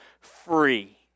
free